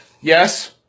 Yes